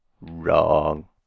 Wrong